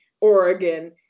Oregon